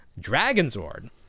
Dragonzord